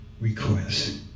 Request